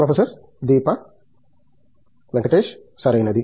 professor Deepa Venkatesh సరైనది